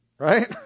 Right